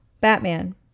Batman